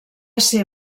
ser